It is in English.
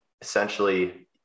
essentially